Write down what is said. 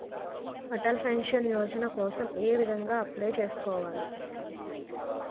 Atal pension Yojana కోసం ఏ విధంగా అప్లయ్ చేసుకోవాలి?